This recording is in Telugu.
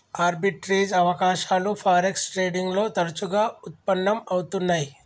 ఆర్బిట్రేజ్ అవకాశాలు ఫారెక్స్ ట్రేడింగ్ లో తరచుగా వుత్పన్నం అవుతున్నై